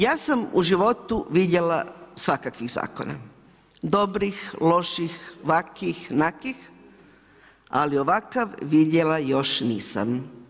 Ja sam u životu vidjela svakakvih zakona, dobrih, loših, vakih, nakih, ali ovakav vidjela još nisam.